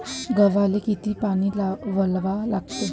गव्हाले किती पानी वलवा लागते?